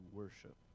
worship